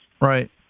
Right